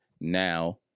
now